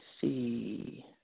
see